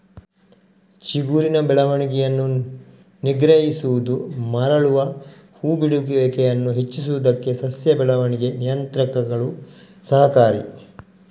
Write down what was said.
ಚಿಗುರಿನ ಬೆಳವಣಿಗೆಯನ್ನು ನಿಗ್ರಹಿಸುವುದು ಮರಳುವ ಹೂ ಬಿಡುವಿಕೆಯನ್ನು ಹೆಚ್ಚಿಸುವುದಕ್ಕೆ ಸಸ್ಯ ಬೆಳವಣಿಗೆ ನಿಯಂತ್ರಕಗಳು ಸಹಕಾರಿ